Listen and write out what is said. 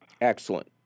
Excellent